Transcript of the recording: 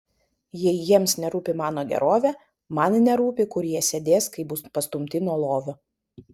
jei jiems nerūpi mano gerovė man nerūpi kur jie sėdės kai bus pastumti nuo lovio